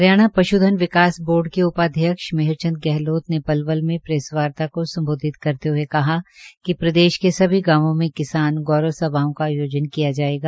हरियाणा पशुधन विकास बोर्ड के उपाध्यक्ष मेहरचंद गहलोत ने पलवल में प्रैस वार्ता को संबोधित करते हुए कहा कि प्रदेश के सभी गांवों में किसान गौरव सभाओं का आयोजन किया जायेगा